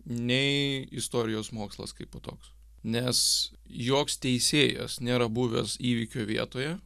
nei istorijos mokslas kaipo toks nes joks teisėjas nėra buvęs įvykio vietoje